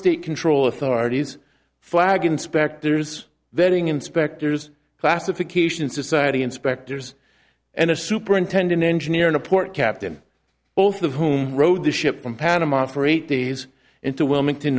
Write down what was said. state control authorities flag inspectors varying inspectors classification society inspectors and a superintendent engineer and a port captain both of whom rode the ship from panama for eight days into wilmington